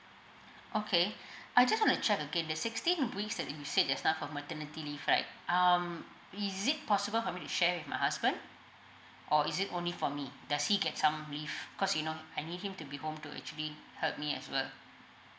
okay I just want to check again the sixteen weeks that you said just now for maternity leave right um is it possible for me to share with my husband or is it only for me does he get some leave cause you know I need him to be home to actually help me as well